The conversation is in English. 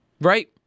Right